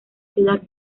ciudad